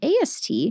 AST